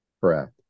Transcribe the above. Correct